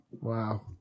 wow